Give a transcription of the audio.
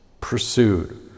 pursued